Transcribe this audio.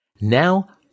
Now